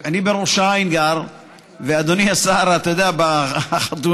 90% מהם בחברה הערבית.